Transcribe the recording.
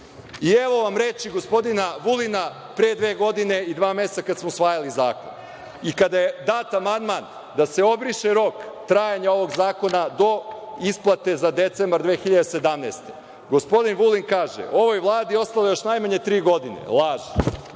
Vlade. Evo vam reči gospodina Vulina pre dve godine i dva meseca, kada smo usvajali zakon i kada je dat amandman da se obriše rok trajanja ovog zakona do isplate za decembar 2017. godine, gospodin Vulin kaže: „Ovoj Vladi ostalo je još najmanje tri godine“. Laž